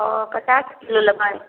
ओ पचास किलो लेबै